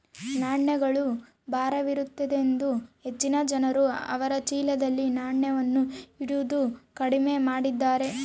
ನಾಣ್ಯಗಳು ಭಾರವಿರುತ್ತದೆಯೆಂದು ಹೆಚ್ಚಿನ ಜನರು ಅವರ ಚೀಲದಲ್ಲಿ ನಾಣ್ಯವನ್ನು ಇಡುವುದು ಕಮ್ಮಿ ಮಾಡಿದ್ದಾರೆ